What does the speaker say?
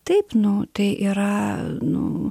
taip nu tai yra nu